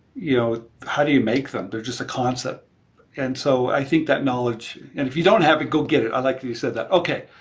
you know how do you make them? they're just a concept and so i think that knowledge, and if you don't have it, go get it. i like that you said that. okay,